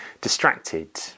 distracted